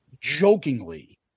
jokingly